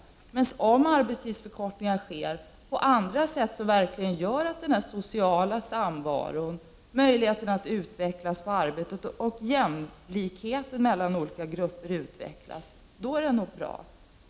Om däremot arbetstidsförkortningar sker på andra sätt — som verkligen gör att den sociala samvaron, möjligheten att förbättras i arbetet och jämlikheten mellan olika grupper förbättras — är det bra.